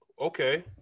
Okay